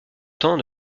temps